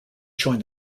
join